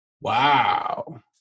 Wow